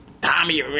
Tommy